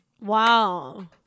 Wow